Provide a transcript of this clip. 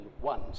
one